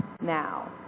now